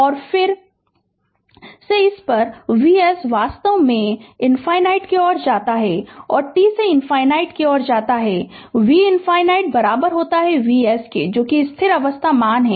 Refer Slide Time 1503 और यह फिर से इस पर है Vs वास्तव में t से ∞ पर की ओर जाता है और t से ∞ की ओर जाता है V ∞ Vs जो कि स्थिर अवस्था मान है